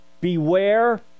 Beware